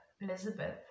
Elizabeth